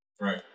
right